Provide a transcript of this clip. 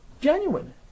genuine